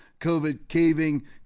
COVID-caving